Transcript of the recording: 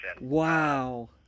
Wow